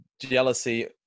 jealousy